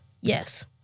Yes